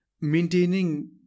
maintaining